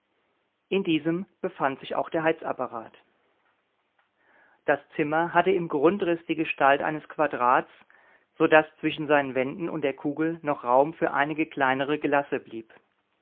in diesem befand sich auch der heizapparat das zimmer hatte im grundriß die gestalt eines quadrats so daß zwischen seinen wänden und der kugel noch raum für einige kleinere gelasse blieb